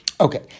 Okay